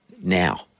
now